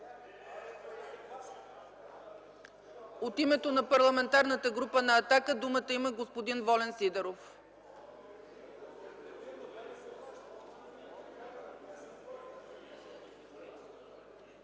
От името на Парламентарната група „Атака” думата има господин Волен Сидеров.